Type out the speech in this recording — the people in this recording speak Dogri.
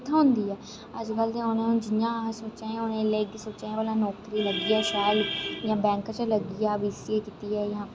अजकल ते जि'यां हून सोचा दे हां ऐल्लै इ'यै सोचा ने हा कि नौकरी लग्गी जा शैल जां बैंक च लग्गी जा बीसीऐ कीती दी ऐ